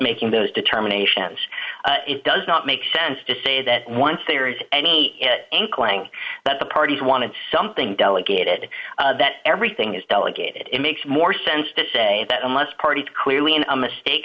making those determinations it does not make sense to say that once there is any inkling that the parties wanted something delegated that everything is delegated it makes more sense to say that unless parties clearly an unmistak